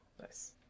Nice